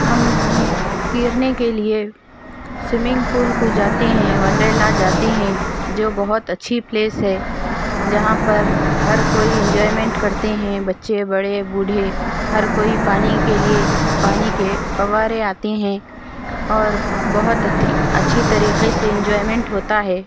ہم تیرنے کے لیے سوئمنگ پول کو جاتے ہیں ونڈیلا جاتے ہیں جو بہت اچھی پلیس ہے جہاں پر ہر کوئی انجوائمنٹ کرتے ہیں بّچے بڑے بوڑھے ہر کوئی پانی کے لیے پانی کے فوارے آتے ہیں اور بہت اچھی طریقے سے انجوائمنٹ ہوتا ہے